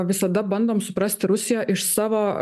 visada bandom suprasti rusiją iš savo